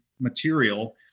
material